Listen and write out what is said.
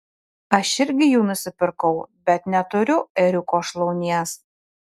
aš irgi jų nusipirkau bet neturiu ėriuko šlaunies